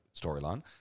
storyline